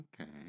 Okay